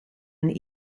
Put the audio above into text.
een